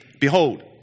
Behold